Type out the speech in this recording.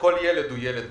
שכל ילד הוא ילד,